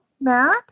Matt